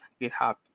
GitHub